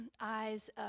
eyes